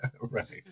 Right